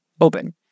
open